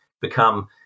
become